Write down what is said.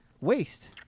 waste